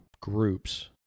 groups